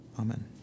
Amen